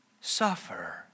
suffer